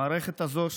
המערכת הזאת,